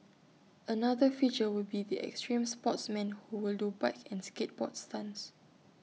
another feature will be the extreme sportsmen who will do bike and skateboard stunts